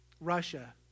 Russia